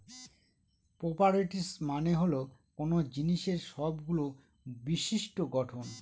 properties মানে হল কোনো জিনিসের সবগুলো বিশিষ্ট্য গঠন